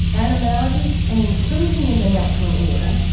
animality, and inclusion in the natural order,